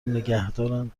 نگهدارن